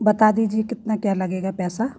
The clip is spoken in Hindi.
बता दीजिए कितना क्या लगेगा पैसा